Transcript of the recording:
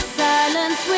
silence